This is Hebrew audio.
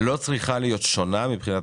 מדינת ישראל לא צריכה להיות שונה מבחינת